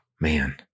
Man